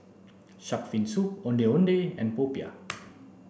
shark fin soup ondeh ondeh and popiah